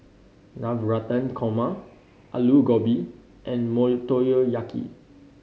Navratan Korma Alu Gobi and Motoyaki